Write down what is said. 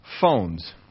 phones